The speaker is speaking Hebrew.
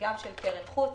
גם של קרן חוץ,